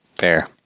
Fair